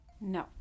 No